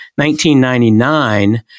1999